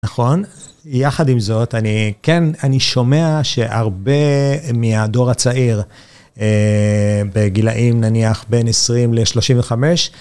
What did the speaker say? נכון, יחד עם זאת, אני כן, אני שומע שהרבה מהדור הצעיר בגילאים נניח בין 20 ל-35,